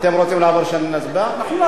של חבר הכנסת דב חנין, תשובה